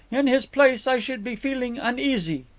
in his place i should be feeling uneasy.